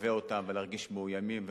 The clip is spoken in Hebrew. שמלווה אותם, ולהרגיש מאוימים ומאוימות.